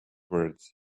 words